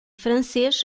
francês